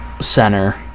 Center